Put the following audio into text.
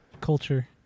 Culture